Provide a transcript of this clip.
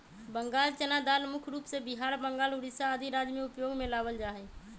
बंगाल चना दाल मुख्य रूप से बिहार, बंगाल, उड़ीसा आदि राज्य में उपयोग में लावल जा हई